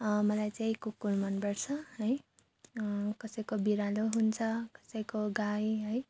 मलाई चाहिँ कुकुर मनपर्छ है कसैको बिरालो हुन्छ कसैको गाई है